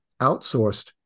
outsourced